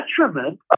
detriment